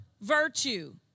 virtue